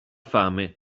fame